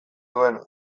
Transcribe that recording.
duena